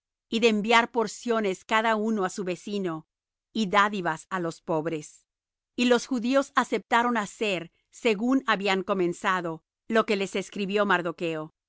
y de enviar porciones cada uno á su vecino y dádivas á los pobres y los judíos aceptaron hacer según habían comenzado lo que les escribió mardocho